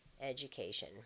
education